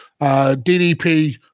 DDP